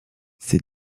ces